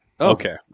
okay